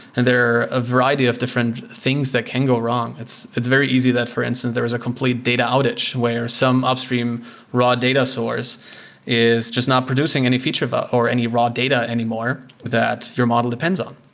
and there a variety of different things that can go wrong. it's it's very easy that, for instance, there is a complete data outage where some upstream raw data source is just not producing any feature ah or any raw data anymore that your model depends on,